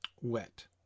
Wet